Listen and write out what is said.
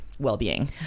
well-being